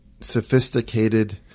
sophisticated